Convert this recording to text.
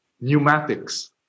pneumatics